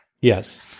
Yes